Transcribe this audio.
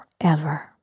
forever